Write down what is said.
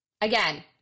again